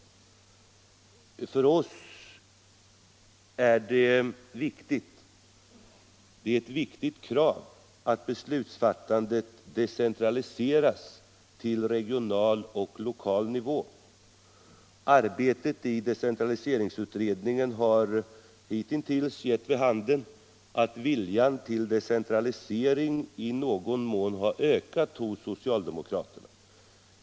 För oss är det ett viktigt krav att beslutsfattandet decentraliseras till regional och lokal nivå. Arbetet i decentraliseringsutredningen har hittills gett vid handen att viljan till decentralisering i någon mån har ökat hos socialdemokraterna.